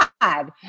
God